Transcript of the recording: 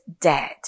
dead